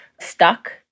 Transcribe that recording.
stuck